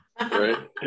right